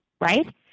right